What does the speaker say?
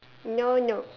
no no